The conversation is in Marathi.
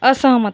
असहमत